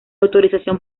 autorización